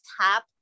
tap